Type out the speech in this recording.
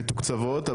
שמתוקצבות,